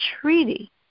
treaty